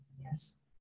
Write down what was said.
Yes